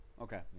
Okay